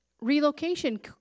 Relocation